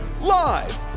Live